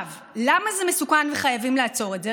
למה זה מסוכן וחייבים לעצור את זה?